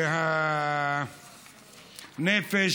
והנפש,